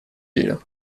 giro